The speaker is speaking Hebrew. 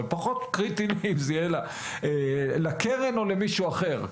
אבל פחות קריטי לי אם זה יהיה לקרן או למישהו אחר,